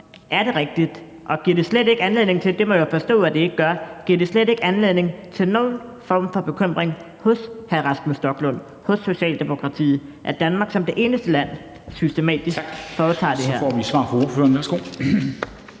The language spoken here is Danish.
om det er rigtigt. Og giver det slet ikke anledning til – det må jeg forstå det ikke gør – til nogen form for bekymring hos hr. Rasmus Stoklund, hos Socialdemokratiet, at Danmark som det eneste land systematisk foretager det her? Kl. 13:49 Formanden (Henrik